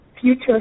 Future